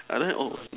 like that oh